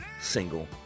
single